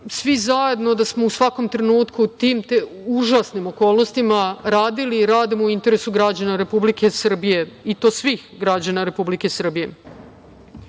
svi zajedno u svakom trenutku u tim užasnim okolnostima radili i radimo u interesu građana Republike Srbije, i to svih građana Republike Srbije. Druga